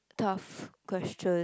tough question